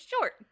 short